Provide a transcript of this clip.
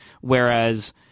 whereas